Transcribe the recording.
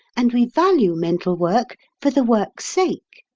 and we value mental work for the work's sake.